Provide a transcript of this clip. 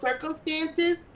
circumstances